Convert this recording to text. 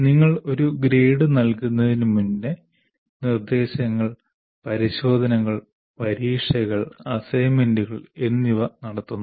നിങ്ങൾ ഒരു ഗ്രേഡ് നൽകുന്നതിനുമുമ്പ് നിർദ്ദേശങ്ങൾ പരിശോധനകൾ പരീക്ഷകൾ അസൈൻമെന്റുകൾ എന്നിവ നടത്തുന്നു